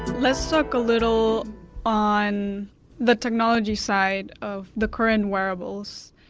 let's talk a little on the technology side of the current wearables.